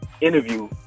interview